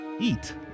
eat